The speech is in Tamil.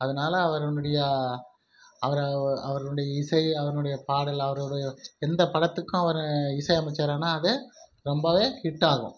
அதனால அவரினுடைய அவரை அவரினுடைய இசை அவரினுடைய பாடல் அவருடைய எந்த படத்துக்கும் அவர் இசையமைச்சாருனாவே ரொம்பவே ஹிட்டாகும்